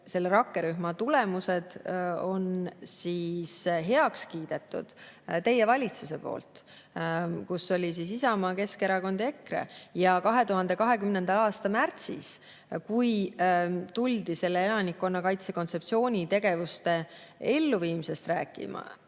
selle rakkerühma tulemused heaks kiidetud teie valitsuse poolt, kus olid Isamaa, Keskerakond ja EKRE. 2020. aasta märtsis, kui tuldi elanikkonnakaitse kontseptsiooni tegevuste elluviimisest rääkima,